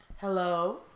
Hello